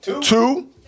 two